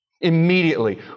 Immediately